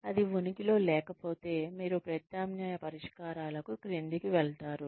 అది ఉనికిలో లేకపోతే మీరు ప్రత్యామ్నాయ పరిష్కారాలకు క్రిందికి వెళతారు